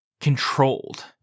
controlled